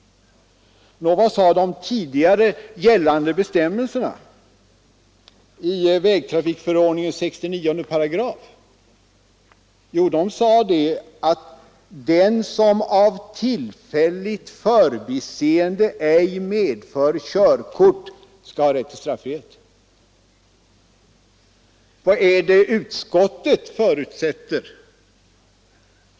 Nå, vad sade de tidigare gällande bestämmelserna i vägtrafikförordningens 69 §? Jo, de sade att den som av tillfälligt förbiseende ej medför körkort skall ha rätt till straffrihet. Vad är det utskottet förutsätter?